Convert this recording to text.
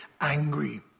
angry